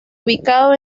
ubicado